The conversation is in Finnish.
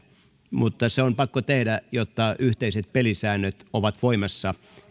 mutta se on pakko tehdä jotta yhteiset pelisäännöt ovat voimassa